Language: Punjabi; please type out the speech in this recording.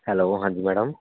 ਹੈਲੋ ਹਾਂਜੀ ਮੈਡਮ